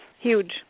Huge